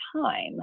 time